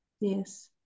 yes